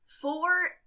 Four